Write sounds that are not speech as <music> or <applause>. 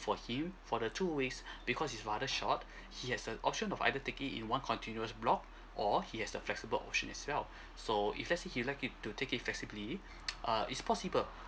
for him for the two weeks because is rather short he has the option of either take it in one continuous block or he has the flexible option as well so if let's say he like it to take it flexibly <noise> uh is possible